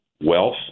wealth